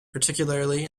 particularly